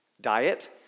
Diet